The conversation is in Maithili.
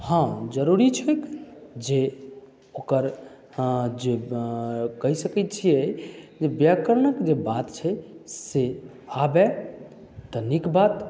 हॅं जरुरी छैक जे ओकर जे कहि सकैत छियै जे व्याकरणक जे बात छै से आबय तऽ नीक बात